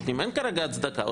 אין כרגע הצדקה.